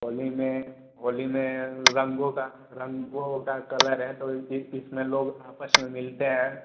होली में होली में रंगों का रंगों का कलर है तो इसमें लोग आपस में मिलते हैं